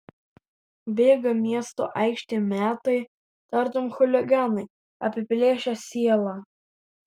bėga miesto aikštėm metai tartum chuliganai apiplėšę sielą